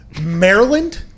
Maryland